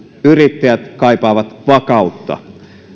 yrittäjät kaipaavat vakautta